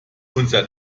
unser